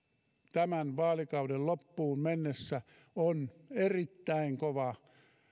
tämän vaalikauden loppuun mennessä on erittäin kova